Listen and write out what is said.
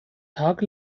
tag